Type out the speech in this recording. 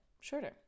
shorter